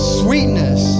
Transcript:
sweetness